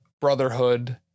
Brotherhood